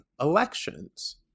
elections